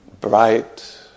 bright